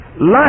life